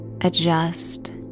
adjust